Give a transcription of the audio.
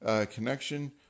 connection